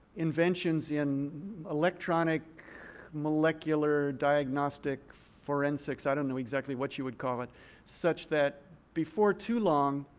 inventions in electronic molecular diagnostic forensics i don't know exactly what you would call it such that before too long,